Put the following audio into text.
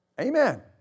Amen